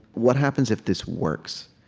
what happens if this works?